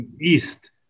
east